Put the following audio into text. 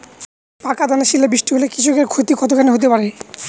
পাকা ধানে শিলা বৃষ্টি হলে কৃষকের ক্ষতি কতখানি হতে পারে?